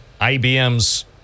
IBM's